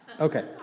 Okay